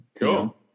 Cool